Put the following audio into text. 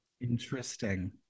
Interesting